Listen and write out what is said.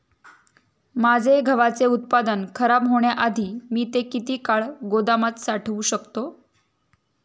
माझे गव्हाचे उत्पादन खराब होण्याआधी मी ते किती काळ गोदामात साठवू शकतो?